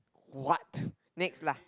what next lah